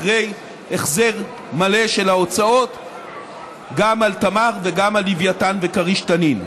אחרי החזר מלא של ההוצאות גם על תמר וגם על לוויתן וכריש-תנין.